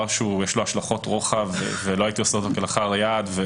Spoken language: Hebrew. שיש לו השלכות רוחב ולא הייתי עושה אותו כלאחר יד.